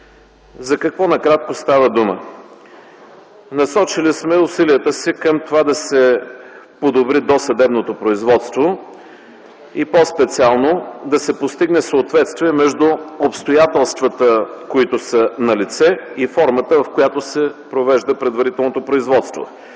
За какво накратко става дума? Насочили сме усилията си към това да се подобри досъдебното производство и по-специално да се постигне съответствие между обстоятелствата, които са налице и формата, в която се провежда предварителното производство.